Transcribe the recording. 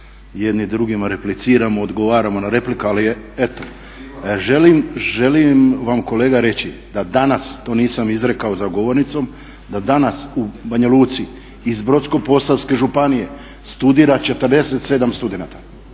jedni drugima repliciramo, odgovaramo na replike ali eto. Želim vam kolega reći da danas to nisam izrekao za govornicom, da danas u Banja Luci iz Brodsko-posavske županije studira 47 studenata